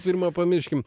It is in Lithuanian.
pirma pamirškim